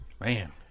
Man